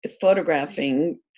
photographing